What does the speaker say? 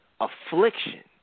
affliction